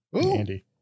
Andy